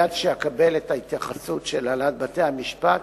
מייד כשאקבל את ההתייחסות של הנהלת בתי-המשפט,